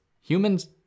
humans